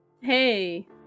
Hey